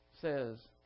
says